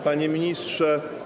Panie Ministrze!